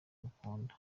ngukunda